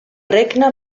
regne